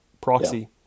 proxy